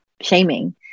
shaming